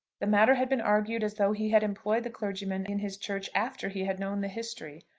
the matter had been argued as though he had employed the clergyman in his church after he had known the history.